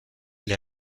les